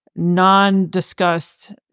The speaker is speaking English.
non-discussed